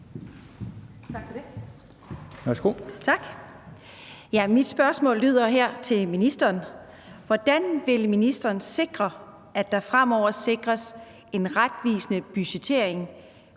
Mit spørgsmål til ministeren lyder: Hvordan vil ministeren sikre, at der fremover sikres en retvisende budgettering